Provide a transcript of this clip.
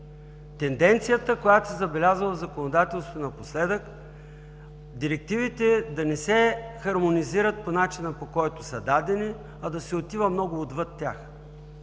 тенденцията, която се забелязва в законодателството напоследък, директивите да не се хармонизират по начина, по който са дадени, а да се отива много отвъд тях.